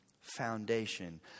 foundation